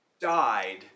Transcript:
died